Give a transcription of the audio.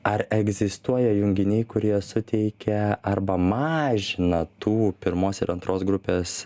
ar egzistuoja junginiai kurie suteikia arba mažina tų pirmos ir antros grupės